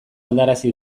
aldarazi